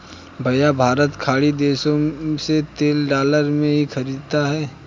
भैया भारत खाड़ी देशों से तेल डॉलर में ही खरीदता है